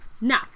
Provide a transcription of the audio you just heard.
Now